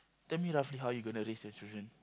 tell me roughly how you gonna raise your children